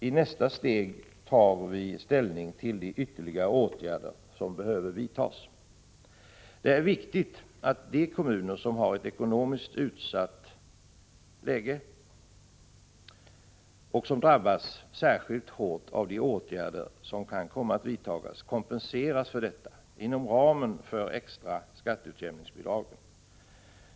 I nästa steg tar vi ställning till de ytterligare åtgärder som behöver vidtas. Det är viktigt att de kommuner som har en ekonomiskt utsatt situation, och som drabbas särskilt hårt av de åtgärder som kan komma att vidtas, kompenseras för detta inom ramen för de extra skatteutjämningsbidragen.